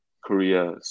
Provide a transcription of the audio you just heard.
Korea